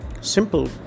simple